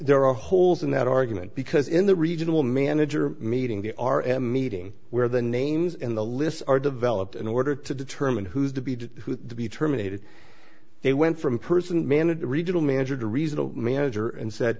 there are holes in that argument because in the regional manager meeting they are at meeting where the names in the list are developed in order to determine who's to be to whom to be terminated they went from person managed to regional manager to reasonable manager and said